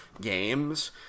games